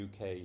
UK